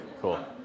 Cool